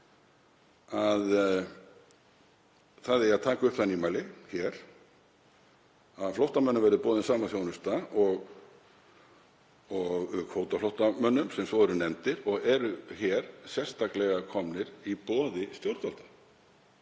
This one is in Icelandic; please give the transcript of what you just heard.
í greinargerð að taka eigi upp það nýmæli hér að flóttamönnum verði boðin sama þjónusta og kvótaflóttamönnum sem svo eru nefndir og eru hér sérstaklega komnir í boði stjórnvalda